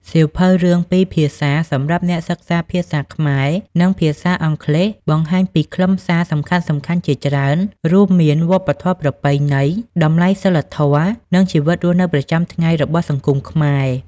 សៀវភៅរឿងពីរភាសាសម្រាប់អ្នកសិក្សាភាសាខ្មែរ និងភាសាអង់គ្លេសបង្ហាញពីខ្លឹមសារសំខាន់ៗជាច្រើន រួមមាន វប្បធម៌ ប្រពៃណី តម្លៃសីលធម៌ និង ជីវិតរស់នៅប្រចាំថ្ងៃ របស់សង្គមខ្មែរ។